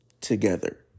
together